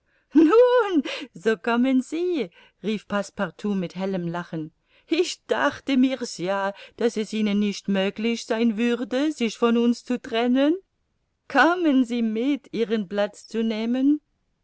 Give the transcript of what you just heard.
nun so kommen sie rief passepartout mit hellem lachen ich dachte mir's ja daß es ihnen nicht möglich sein würde sich von uns zu trennen kommen sie mit ihren platz zu nehmen